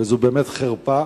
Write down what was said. וזו באמת חרפה,